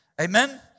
Amen